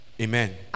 Amen